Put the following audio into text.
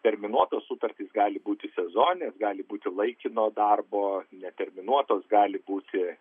terminuotos sutartys gali būti sezoninės gali būti laikino darbo neterminuotos gali būti